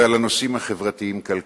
ועל הנושאים החברתיים-כלכליים.